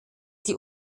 die